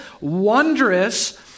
wondrous